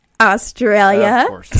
Australia